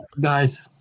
guys